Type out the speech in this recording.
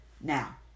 now